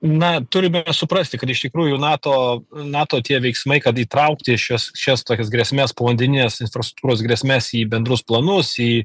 na turime suprasti kad iš tikrųjų nato nato tie veiksmai kad įtraukti šiuos šias tokias grėsmės poandeninės infrastruktūros grėsmes į bendrus planus į